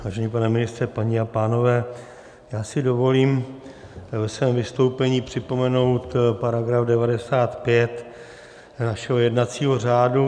Vážený pane ministře, paní a pánové, já si dovolím ve svém vystoupení připomenout § 95 našeho jednacího řádu.